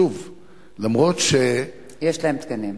שוב, אף-על-פי, יש להם תקנים.